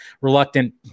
reluctant